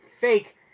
fake